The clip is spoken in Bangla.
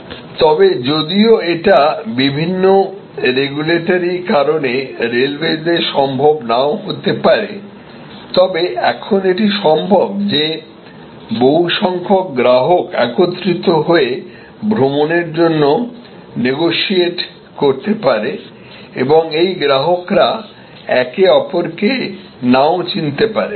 তবে যদিও এটা বিভিন্ন রেগুলেটরি কারণে রেলওয়েজে সম্ভব নাও হতে পারে তবে এখন এটি সম্ভব যে বহুসংখ্যক গ্রাহক একত্রিত হয়ে ভ্রমণের জন্য নেগোশিয়েট করতে পারে এবং এই গ্রাহকরা একে অপরকে নাও চিনতে পারেন